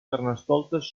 carnestoltes